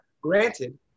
granted